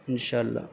ان شاء اللہ